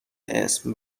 اسم